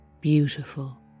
beautiful